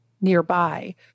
nearby